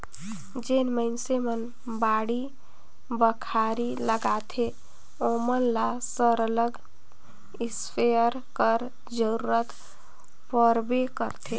जेन मइनसे मन बाड़ी बखरी लगाथें ओमन ल सरलग इस्पेयर कर जरूरत परबे करथे